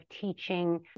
teaching